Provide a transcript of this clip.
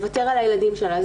לוותר על הילדים שלה.